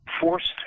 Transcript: forced